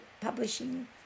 publishing